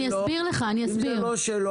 מה זה קיבוץ- -- שלא